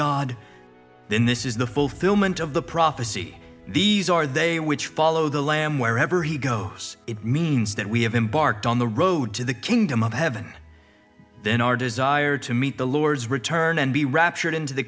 god then this is the fulfillment of the prophecy these are they which follow the lamb wherever he goes it means that we have embarked on the road to the kingdom of heaven then our desire to meet the lord's return and be raptured into the